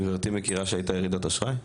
גברתי מכירה שהייתה ירידת אשראי?